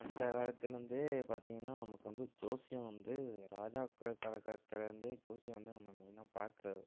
அந்த காலத்துலருந்தே பார்த்தீங்கன்னா நமக்கு வந்து ஜோசியம் வந்து ராஜாக்கள் காலத்துலந்தே ஜோசியம் வந்து நம்ம மெயினாக பார்க்கறது